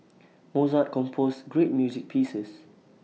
Mozart composed great music pieces